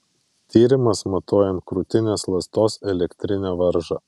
tyrimas matuojant krūtinės ląstos elektrinę varžą